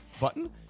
button